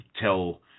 tell